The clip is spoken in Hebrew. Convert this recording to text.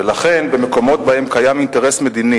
ולכן, במקומות שבהם קיים אינטרס מדיני